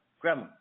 grandma